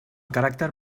caràcter